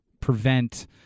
prevent